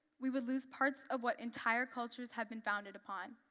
we would lose parts of what entire cultures have been founded upon,